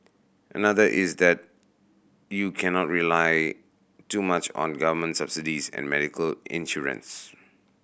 another is that you cannot rely too much on government subsidies and medical insurance